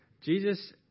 Jesus